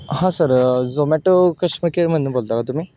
हां sir Zomato customer केअरमधून बोलता का तुम्ही